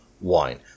wine